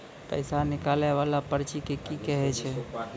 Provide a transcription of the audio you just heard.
पैसा निकाले वाला पर्ची के की कहै छै?